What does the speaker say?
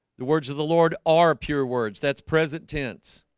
the words of the lord are pure words that's present tense.